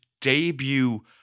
debut